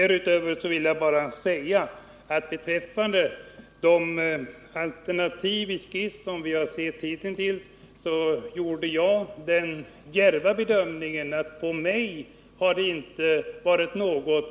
Härutöver vill jag bara säga att beträffande de alternativ vi har sett i skiss, så har inget kunnat övertyga mig som varande en bra lösning.